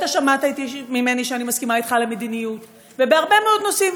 אתה שמעת ממני שאני מסכימה אתך על המדיניות ובהרבה מאוד נושאים.